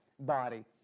body